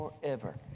forever